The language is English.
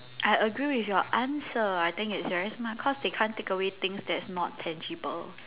I agree with your answer I think it's very smart cause they can't take away things that's not tangible